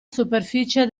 superficie